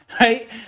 right